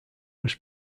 was